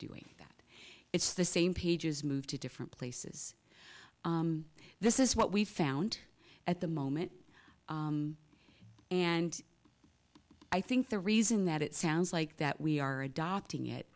doing that it's the same pages moved to different places this is what we found at the moment and i think the reason that it sounds like that we are adopting it